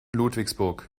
ludwigsburg